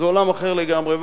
זה עולם אחר לגמרי.